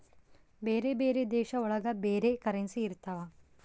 ಬೇರೆ ಬೇರೆ ದೇಶ ಒಳಗ ಬೇರೆ ಕರೆನ್ಸಿ ಇರ್ತವ